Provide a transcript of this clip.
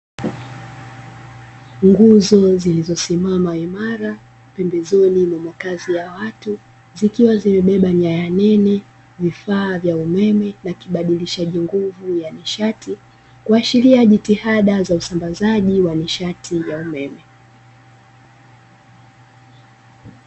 Nguzo zilizosimama imara pembezoni mwa makazi ya watu zikiwa zimebeba nyaya nene, vifaa vya umeme na kibadishaji nguvu ya nishati, kuashiria jitihada za usambazaji wa nishati ya umeme.